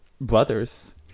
brothers